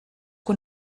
que